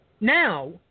now